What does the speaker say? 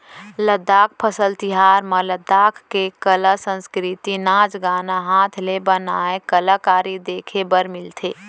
लद्दाख फसल तिहार म लद्दाख के कला, संस्कृति, नाच गाना, हात ले बनाए कलाकारी देखे बर मिलथे